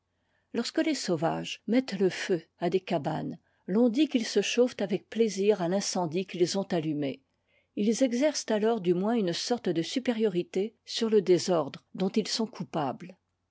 lorsque les sauvages mettent le feu à des cabanes l'on dit qu'ils se chauffent avec plaisir à t'incendie qu'its ont allumé ils exercent alors du moins une sorte de supériorité sur le désordre dont ils sont coupables